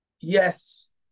Yes